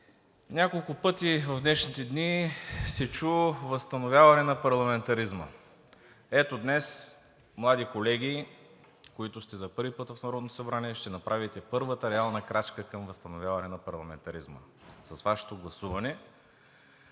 Няколко пъти в днешните дни се чу възстановяване на парламентаризма. Ето днес, млади колеги, които сте за първи път в Народното събрание, ще направите първата реална крачка към възстановяване на парламентаризма с Вашето гласуване.